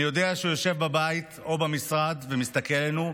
אני יודע שהוא יושב בבית או במשרד ומסתכל עלינו,